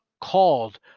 called